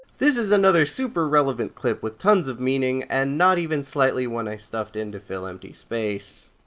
this is another super relevant clip with tons of meaning, and not even slightly one i stuffed in to fill empty space.